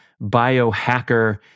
biohacker